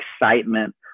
excitement